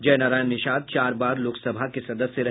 जय नारायण निषाद चार बार लोकसभा के सदस्य रहे